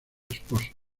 esposos